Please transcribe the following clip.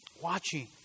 watching